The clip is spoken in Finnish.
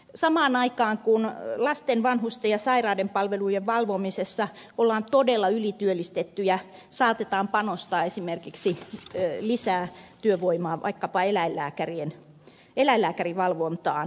samaan aikaan kun lasten vanhusten ja sairaiden palvelujen valvomisessa ollaan todella ylityöllistettyjä saatetaan panostaa esimerkiksi lisää työvoimaa vaikkapa eläinlääkärivalvontaan läänissä